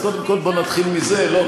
אז קודם כול בואו נתחיל מזה.